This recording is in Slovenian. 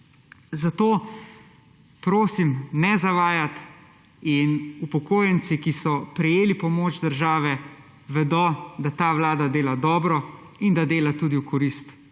Zato prosim, ne zavajati. Upokojenci, ki so prejeli pomoč države, vedo, da ta vlada dela dobro in da dela tudi v korist